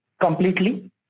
completely